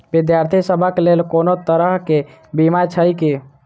विद्यार्थी सभक लेल कोनो तरह कऽ बीमा छई की?